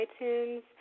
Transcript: iTunes